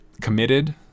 committed